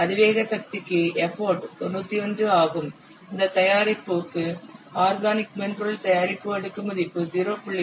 அதிவேக சக்திக்கு எப்போட் 91 ஆகும் இந்த தயாரிப்புக்கு ஆர்கானிக் மென்பொருள் தயாரிப்பு அடுக்கு மதிப்பு 0